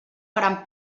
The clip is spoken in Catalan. gran